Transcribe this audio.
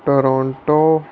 Toronto